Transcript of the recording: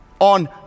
On